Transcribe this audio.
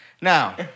Now